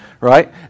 right